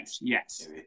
yes